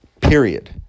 period